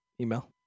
Email